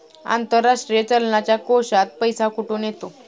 आंतरराष्ट्रीय चलनाच्या कोशात पैसा कुठून येतो?